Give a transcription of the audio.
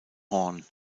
horn